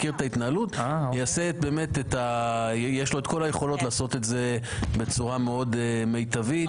מכיר את ההתנהלות יש לו את כל היכולות לעשות את זה בצורה מיטבית מאוד.